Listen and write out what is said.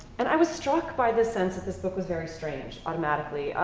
and i was struck by the sense that this book was very strange automatically.